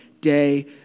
day